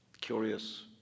curious